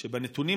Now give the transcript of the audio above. היא שבנתונים